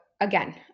Again